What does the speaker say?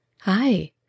Hi